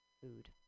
food